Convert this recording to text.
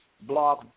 blog